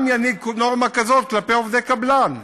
גם ינהיג נורמה כזאת כלפי עובדי קבלן,